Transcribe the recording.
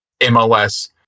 MLS